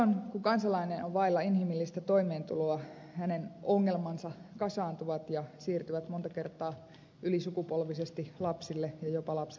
silloin kun kansalainen on vailla inhimillistä toimeentuloa hänen ongelmansa kasaantuvat ja siirtyvät monta kertaa ylisukupolvisesti lapsille ja jopa lapsenlapsille